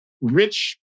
rich